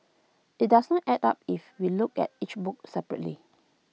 IT doesn't add up if we look at each book separately